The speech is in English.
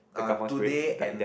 the Kampung spirit back then